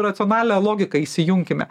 racionalią logiką įsijunkime